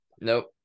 Nope